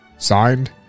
Signed